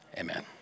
Amen